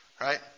Right